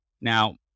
Now